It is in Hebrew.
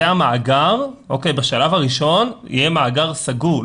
זה המאגר בשלב הראשון, יהיה מאגר סגור.